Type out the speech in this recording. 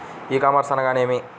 ఈ కామర్స్ అనగానేమి?